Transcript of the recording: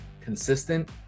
consistent